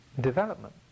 development